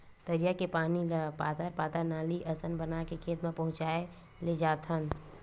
तरिया के पानी ल पातर पातर नाली असन बना के खेत म पहुचाए लेजाथन